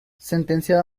sentenciado